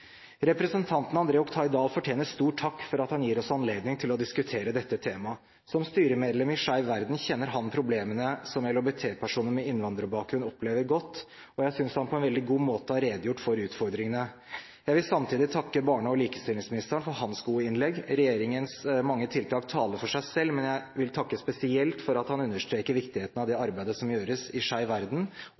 fortjener stor takk for at han gir oss anledning til å diskutere dette temaet. Som styremedlem i Skeiv Verden kjenner han problemene som LHBT-personer med innvandrerbakgrunn opplever, godt, og jeg synes han på en veldig god måte har redegjort for utfordringene. Jeg vil samtidig takke barne- og likestillingsministeren for hans gode innlegg. Regjeringens mange tiltak taler for seg selv, men jeg vil takke spesielt for at han understreker viktigheten av det arbeidet som gjøres i Skeiv Verden,